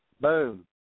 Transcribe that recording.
Boom